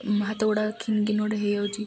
ହାତଗୁଡ଼ା କିନ୍ତି କିନ୍ତି ଗୋଟେ ହେଇଯାଉଛି